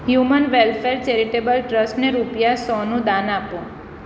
human welfare charitable ટ્રસ્ટને રૂપિયા સોનું દાન આપો